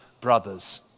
brothers